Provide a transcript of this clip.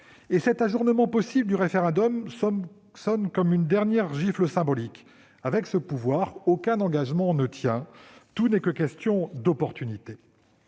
ajournement du référendum résonne comme une dernière gifle symbolique. Avec ce pouvoir, aucun engagement ne tient, tout n'est qu'une question d'opportunité.